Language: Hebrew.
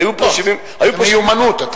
מיומנות.